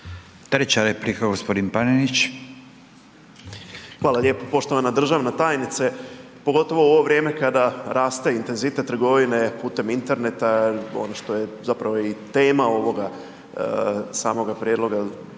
**Panenić, Tomislav (NLM)** Hvala lijepo. Poštovana državna tajnice pogotovo u ovo vrijeme kada raste intenzitet trgovine putem interneta ono što je zapravo i tema ovoga samoga prijedloga